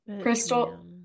crystal